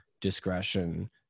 discretion